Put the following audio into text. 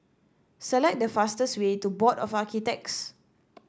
select the fastest way to Board of Architects